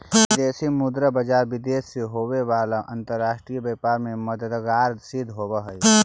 विदेशी मुद्रा बाजार विदेश से होवे वाला अंतरराष्ट्रीय व्यापार में मददगार सिद्ध होवऽ हइ